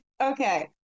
okay